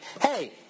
hey